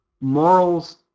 morals